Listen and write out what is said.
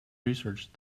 research